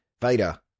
Vader